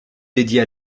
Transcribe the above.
dédiée